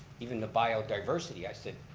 even the biodiversity, i said,